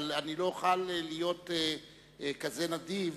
אבל אני לא אוכל להיות כזה נדיב,